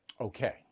okay